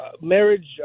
Marriage